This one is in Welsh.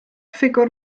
ffigwr